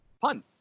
Pun